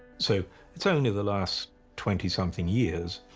so it's only the last twenty something years,